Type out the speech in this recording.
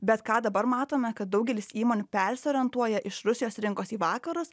bet ką dabar matome kad daugelis įmonių persiorientuoja iš rusijos rinkos į vakarus